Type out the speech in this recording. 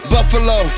Buffalo